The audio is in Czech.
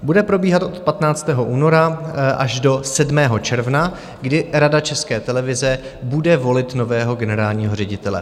Bude probíhat od 15. února až do 7. června, kdy Rada České televize bude volit nového generálního ředitele.